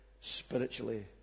spiritually